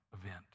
event